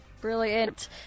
Brilliant